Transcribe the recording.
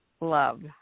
love